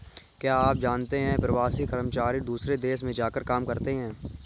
क्या आप जानते है प्रवासी कर्मचारी दूसरे देश में जाकर काम करते है?